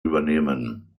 übernehmen